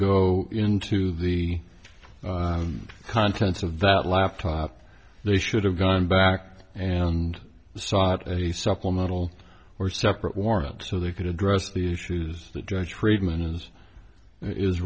go into the contents of that laptop they should have gone back and sought a supplemental or separate warrant so they could address the issues the judge freedman's is